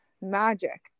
magic